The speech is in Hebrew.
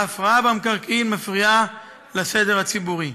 ההפרעה במקרקעין מפריעה לסדר הציבורי.